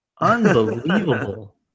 unbelievable